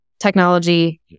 technology